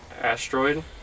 asteroid